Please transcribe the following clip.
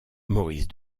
maurice